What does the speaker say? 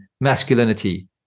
masculinity